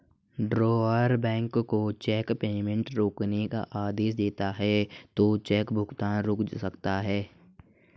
drawer bank को cheque payment रोकने का आदेश देता है तो चेक भुगतान रुक जाता है